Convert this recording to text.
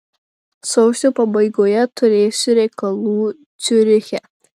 sausio pabaigoje turėsiu reikalų ciuriche